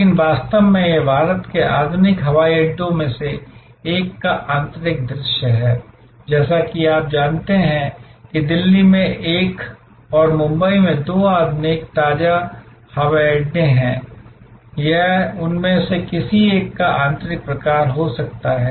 लेकिन वास्तव में यह भारत के आधुनिक हवाई अड्डों में से एक का आंतरिक दृश्य है जैसा कि आप जानते हैं कि दिल्ली में एक और मुंबई में दो आधुनिक ताजा हवाई अड्डे हैं और यह उन में से किसी एक का आंतरिक प्रकार हो सकता है